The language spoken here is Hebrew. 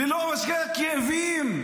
ללא משככי כאבים.